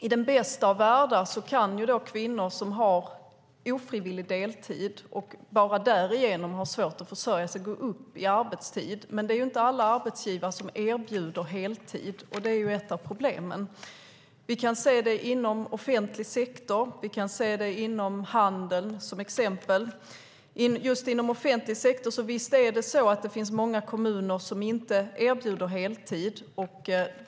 I den bästa av världar kan kvinnor som har ofrivillig deltid, och bara därigenom har svårt att försörja sig, gå upp i arbetstid. Men det är inte alla arbetsgivare som erbjuder heltid, och det är ett av problemen. Vi kan exempelvis se det inom den offentliga sektorn och inom handeln. Just inom offentlig sektor finns det många kommuner som inte erbjuder heltid.